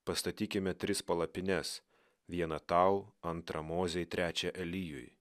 pastatykime tris palapines vieną tau antrą mozei trečią elijui